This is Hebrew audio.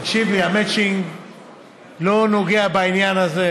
תקשיבי, המצ'ינג לא נוגע בעניין הזה.